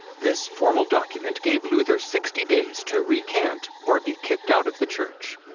this formal document gave luther sixty days to recant or be kicked out of the church.